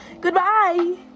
goodbye